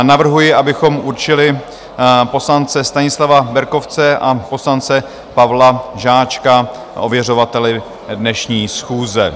Navrhuji, abychom určili poslance Stanislava Berkovce a poslance Pavla Žáčka ověřovateli dnešní schůze.